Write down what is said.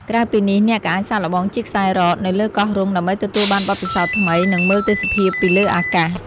ក្រៅពីនេះ អ្នកក៏អាចសាកល្បង ជិះខ្សែរ៉ក នៅលើកោះរ៉ុងដើម្បីទទួលបានបទពិសោធន៍ថ្មី និងមើលទេសភាពពីលើអាកាស។